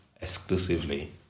exclusively